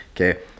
Okay